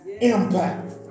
impact